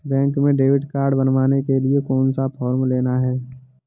Bank में debit card बनवाने के लिए कौन सा फॉर्म लेना है?